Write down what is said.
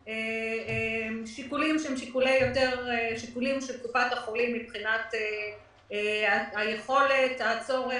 שיקולים של קופת החולים מבחינת היכולת והצורך.